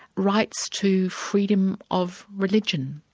rights to freedom of religion,